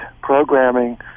programming